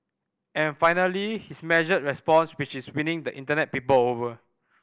and finally his measured response which is winning the Internet people over